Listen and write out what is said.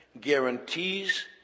guarantees